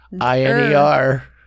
I-N-E-R